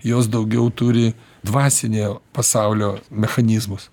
jos daugiau turi dvasinio pasaulio mechanizmus